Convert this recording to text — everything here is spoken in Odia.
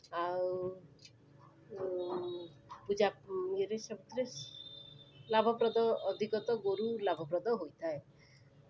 ଆଉ ପୂଜା ଇଏରେ ଲାଭପ୍ରଦ ଅଧିକ ତ ଗୋରୁ ଲାଭପ୍ରଦ ହୋଇଥାଏ